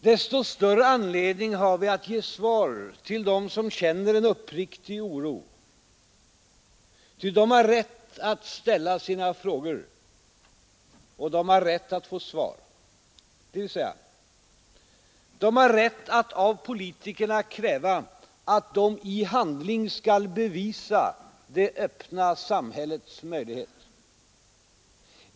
Desto större anledning har vi att ge svar till dem som känner en uppriktig oro, ty de har rätt att ställa sina frågor, och de har rätt att få svar, dvs. de har rätt att av politikerna kräva att de i handling skall bevisa det öppna samhällets möjligheter.